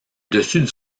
dessus